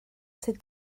sydd